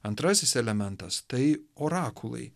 antrasis elementas tai orakulai